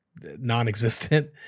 non-existent